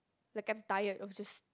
like I'm tired of just